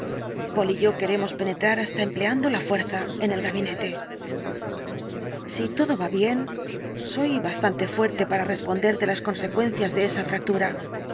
yo queremos penetrar hasta empleando la fuerza en el gabinete si el dr jekyll todo va bien soy bastante fuerte para responder de las consecuencias de esa fractura